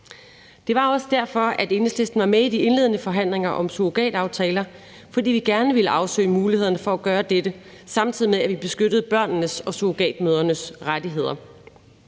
Det var også derfor, at Enhedslisten var med i de indledende forhandlinger om surrogataftaler, fordi vi gerne ville afsøge muligheden for at gøre dette, samtidig med at vi beskyttede børnenes og surrogatmødrenes rettigheder.